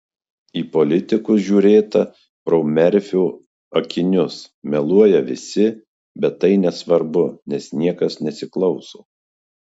į politikus žiūrėta pro merfio akinius meluoja visi bet tai nesvarbu nes niekas nesiklauso